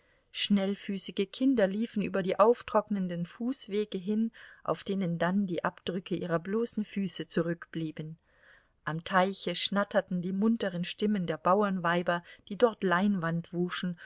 schnellfüßige kinder liefen über die auftrocknenden fußwege hin auf denen dann die abdrücke ihrer bloßen füße zurückblieben am teiche schnatterten die munteren stimmen der bauernweiber die dort leinwand wuschen